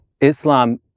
Islam